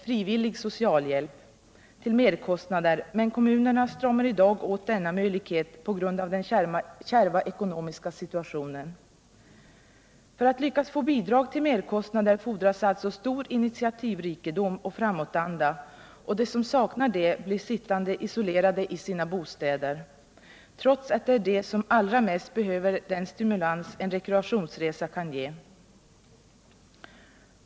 frivillig socialhjälp, till merkostnader, men kommunerna stramar i dag åt på grund av den kärva ekonomiska situationen. För att lyckas få bidrag till merkostnader fordras alltså stor initiativrikedom och framåtanda, och de som saknar det blir sittande isolerade i sina bostäder, trots att det är de som allra mest behöver den stimulans en rekreationsresa kan ge.